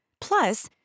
Plus